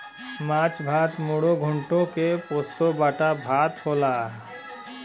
माछ भात मुडो घोन्टो के पोस्तो बाटा भात होला